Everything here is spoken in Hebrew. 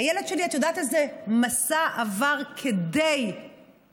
הילד שלי, את יודעת איזה מסע עבר כדי להשתקם?